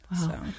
Wow